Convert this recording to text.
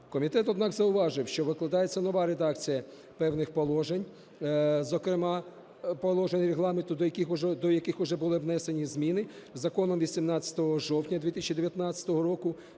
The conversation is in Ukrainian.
Комітет, однак, зауважив, що викладається нова редакція певних положень, зокрема положень Регламенту, до яких вже були внесені зміни законом від 18 жовтня 2019 року,